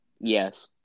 Yes